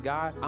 God